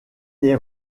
les